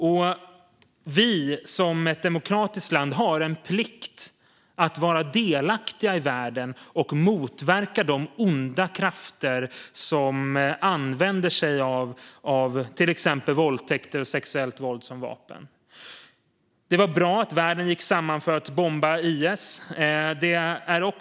Sverige, som är ett demokratiskt land, har en plikt att vara delaktigt i världen och motverka de onda krafter som använder sig av till exempel våldtäkter och sexuellt våld som vapen. Det var bra att världen gick samman för att bomba IS.